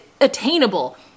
attainable